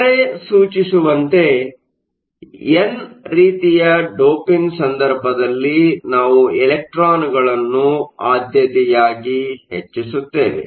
ಹೆಸರೇ ಸೂಚಿಸುವಂತೆ ಎನ್ ರೀತಿಯ ಡೋಪಿಂಗ್ ಸಂದರ್ಭದಲ್ಲಿ ನಾವು ಎಲೆಕ್ಟ್ರಾನ್ಗಳನ್ನು ಆದ್ಯತೆಯಾಗಿ ಹೆಚ್ಚಿಸುತ್ತೇವೆ